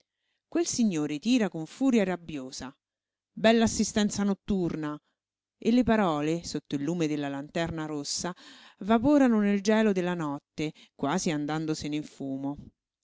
quel signore tira con furia rabbiosa bell'assistenza notturna e le parole sotto il lume della lanterna rossa vaporano nel gelo della notte quasi andandosene in fumo